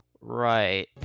Right